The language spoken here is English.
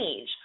age